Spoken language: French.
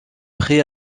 prêts